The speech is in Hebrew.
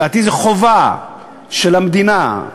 לדעתי זו חובה של המדינה,